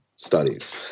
studies